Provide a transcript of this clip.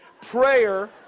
Prayer